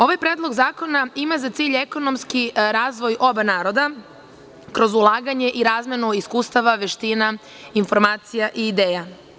Ovaj Predlog zakona ima za cilj ekonomski razvoj oba naroda kroz ulaganje i razmenu iskustava, veština, informacija i ideja.